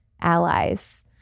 allies